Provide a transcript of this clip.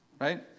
right